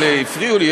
אבל הפריעו לי,